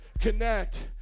Connect